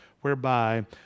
whereby